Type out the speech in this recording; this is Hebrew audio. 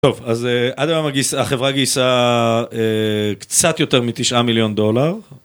טוב, אז עד היום החברה גייסה קצת יותר מתשעה מיליון דולר.